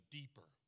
deeper